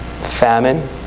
Famine